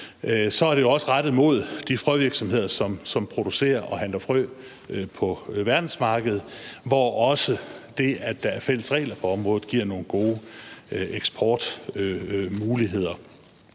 Det er også rettet mod de frøvirksomheder, som producerer og handler med frø på verdensmarkedet, hvor også det, at der er fælles regler på området, giver nogle gode eksportmuligheder.